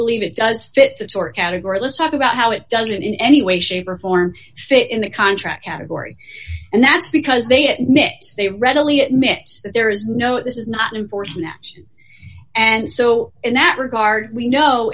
believe it does fit the tort category let's talk about how it doesn't in any way shape or form fit in the contract category and that's because they admit they readily admit that there is no this is not in force now and so in that regard we know